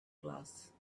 class